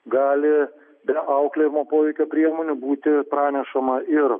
gali be auklėjimo poveikio priemonių būti pranešama ir